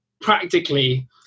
practically